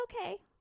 okay